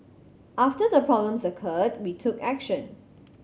after the problems occurred we took action